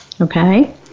okay